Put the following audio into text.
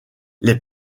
les